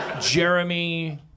Jeremy